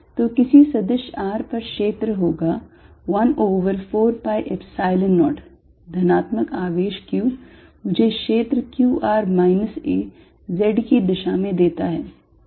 तो किसी सदिश r पर क्षेत्र होगा 1 over 4 pi Epsilon 0 धनात्मक आवेश q मुझे क्षेत्र q r minus a z की दिशा में देता है